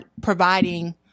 Providing